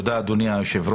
תודה, אדוני היושב-ראש,